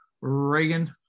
Reagan